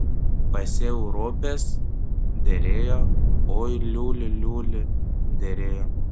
pasėjau ropes derėjo oi liuli liuli derėjo